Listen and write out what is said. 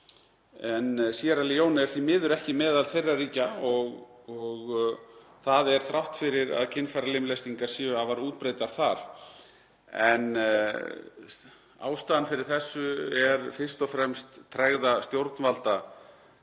en Síerra Leóne er því miður ekki meðal þeirra ríkja og það þrátt fyrir að kynfæralimlestingar séu afar útbreiddar þar. En ástæðan fyrir þessu er fyrst og fremst tregða stjórnvalda